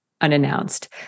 unannounced